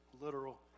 literal